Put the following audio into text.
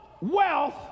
wealth